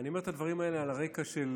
אני אומר את הדברים האלה על הרקע של